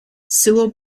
sewell